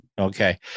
Okay